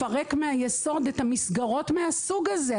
לפרק מהיסוד את המסגרות מהסוג הזה.